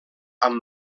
amb